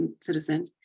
citizen